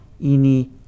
Ini